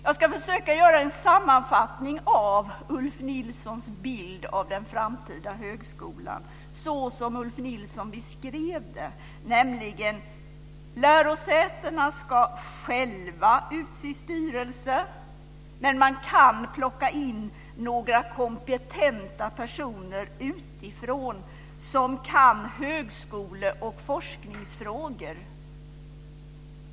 Jag ska försöka göra en sammanfattning av Ulf Nilssons bild av den framtida högskolan så som Ulf Nilsson beskrev den, nämligen att lärosätena själva ska utse styrelser, men man kan plocka in några kompetenta personer utifrån som kan högskole och forskningsfrågor.